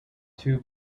two